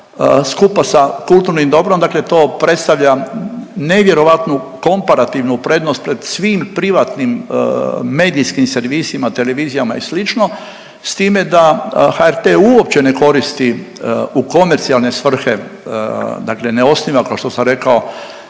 skupa sa kulturnim dobrom, dakle to predstavlja nevjerojatnu komparativnu prednost pred svim privatnim medijskim servisima, televizijama i slično s time da HRT uopće ne koristi u komercijalne svrhe, dakle ne osniva kao što sam rekao